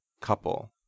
couple